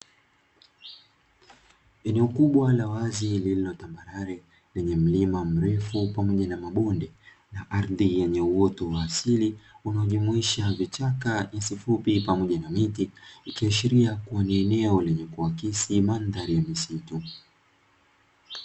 Eneo kubwa la wazi lililotambarare lenye mlima mrefu pamoja na mabonde na ardhi yenye uoto wa asili unaojumuisha vichaka, nyasi fupi pamoja na miti, ikiashiria kuwa ni eneo lenye kuakisi mandhari ya misitu.